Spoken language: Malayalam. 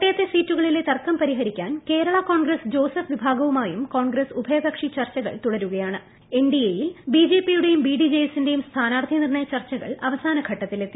കോട്ടയത്തെ ് സ്സീറ്റുകളിലെ തർക്കം പരിഹരിക്കാൻ കേരള കോൺഗ്രസ് ജോസഫ് വിഭാഗവുമായും കോൺഗ്രസ് ഉഭയകക്ഷി എൻഡിഎയിൽ ബിജെപിയുടേയും ബി ഡി ജെ എസിന്റേയും സ്ഥാനാർഥി നിർണയ ചർച്ചകൾ അവസാനഘട്ടത്തിലെത്തി